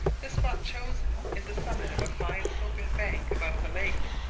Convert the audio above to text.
the spot chosen is the summit of a fine sloping bank above the lake,